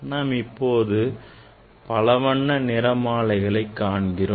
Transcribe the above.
நாம் இப்போது பலவண்ண நிற மாலைகளை காண்கிறோம்